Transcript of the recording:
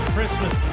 Christmas